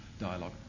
dialogue